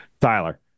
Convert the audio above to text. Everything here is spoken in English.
Tyler